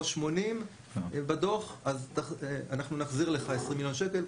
אם רשמת 80 מיליון שקל אז אנחנו נחזיר לך 20 מיליון שקל,